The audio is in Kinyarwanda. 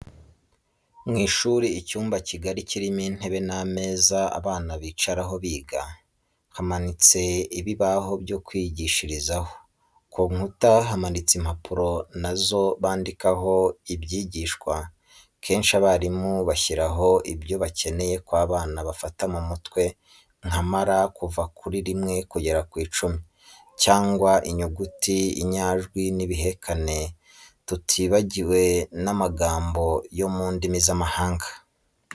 Mu ishuri icyumba kigali kirimo intebe n'ameza abana bicaraho biga, hamanitse ibibaho byo kwigishirizaho, ku nkuta hamanitse impapuro nazo bandikaho ibyigishwa kenshi abarimu bashyiraho ibyo bakeneye ko abana bafata mu mutwe nka mara kuva kuri rimwe kugera ku icumi cyangwa inyuguti inyajwi n'ibihekane tutibagiwe n'amagambo yo mu ndimi z'amahanga.